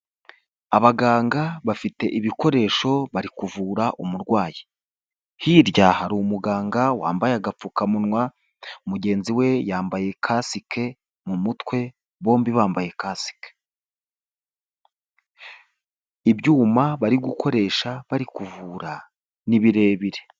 Abaganga bafite ibikoresho bari kuvura umurwayi, hirya hari umuganga wambaye agapfukamunwa, mugenzi we yambaye kasike mu mutwe bombi bambaye kasike, ibyuma bari gukoresha bari kuvura ni birebire.